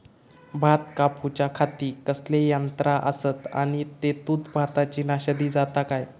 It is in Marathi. भात कापूच्या खाती कसले यांत्रा आसत आणि तेतुत भाताची नाशादी जाता काय?